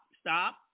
stop